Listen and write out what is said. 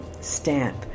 stamp